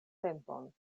tempon